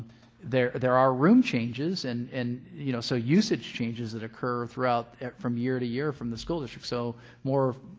there there are room changes and and you know, so usage changes that occur throughout from year to year from the school district, so more